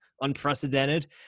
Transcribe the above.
Unprecedented